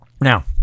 now